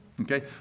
Okay